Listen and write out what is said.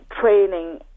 training